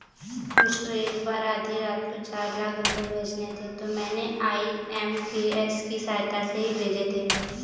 मुझको एक बार आधी रात को चार लाख रुपए भेजने थे तो मैंने आई.एम.पी.एस की सहायता से ही भेजे थे